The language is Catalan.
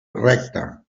recta